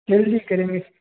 जल्दी करेंगे